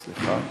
סליחה.